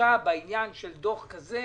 חקיקה בעניין של דוח כזה